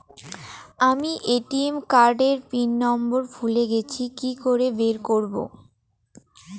আমি ATM card এর PIN number ভুলে গেছি কি করে বের করব?